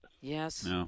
Yes